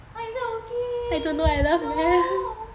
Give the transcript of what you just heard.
but it's not working no